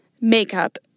makeup